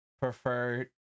prefer